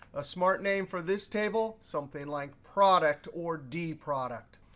a smart name for this table, something like product or d product.